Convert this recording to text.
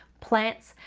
plants,